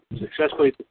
successfully